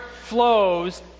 flows